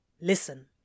listen